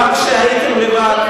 גם כשהייתם לבד,